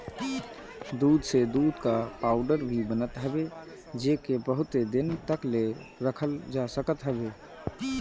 दूध से दूध कअ पाउडर भी बनत हवे जेके बहुते दिन तकले रखल जा सकत हवे